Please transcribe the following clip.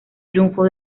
triunfo